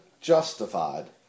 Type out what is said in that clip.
justified